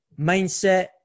mindset